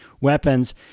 weapons